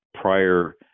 prior